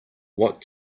what